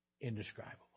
indescribable